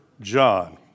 John